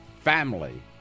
family